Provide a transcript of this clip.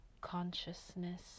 consciousness